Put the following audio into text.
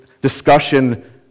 discussion